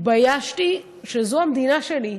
התביישתי שזו המדינה שלי,